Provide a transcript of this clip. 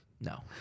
No